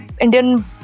Indian